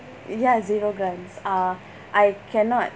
ya zero grants uh I cannot